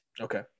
Okay